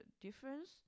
difference